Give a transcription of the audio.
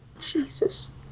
Jesus